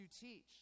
teach